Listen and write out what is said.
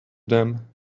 them